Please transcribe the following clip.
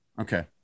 okay